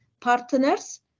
partners